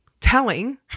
telling